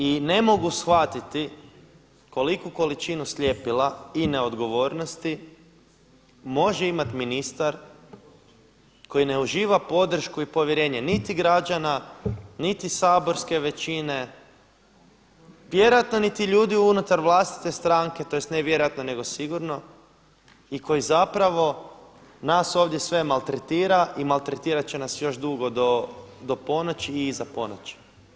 I ne mogu shvatiti koliku količinu sljepila i neodgovornosti može imat ministar koji ne uživa podršku i povjerenje niti građana, niti saborske većine, vjerojatno niti ljudi unutar vlastite stranke, tj. ne vjerojatno nego sigurno i koji zapravo nas ovdje sve maltretira i maltretirat će nas još dugo do ponoći i iza ponoći.